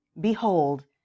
Behold